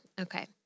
Okay